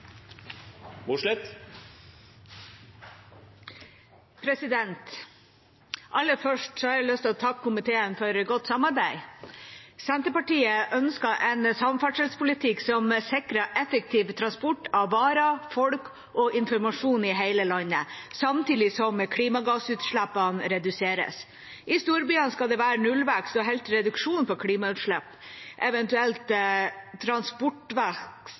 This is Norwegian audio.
omme. Aller først har jeg lyst til å takke komiteen for et godt samarbeid. Senterpartiet ønsker en samferdselspolitikk som sikrer effektiv transport av varer, folk og informasjon i hele landet, samtidig som klimagassutslippene reduseres. I storbyene skal det være nullvekst og helst reduksjon